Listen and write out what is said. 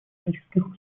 всяческих